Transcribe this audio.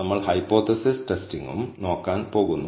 നമ്മൾ ഹൈപ്പോതെസിസ് ടെസ്റ്റിംഗും നോക്കാൻ പോകുന്നു